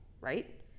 right